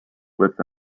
with